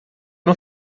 não